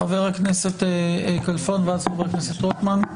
חבר הכנסת יום טוב כלפון ואז חבר הכנסת רוטמן.